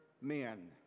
men